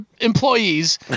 employees